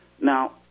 Now